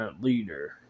leader